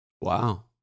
Wow